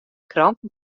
kranten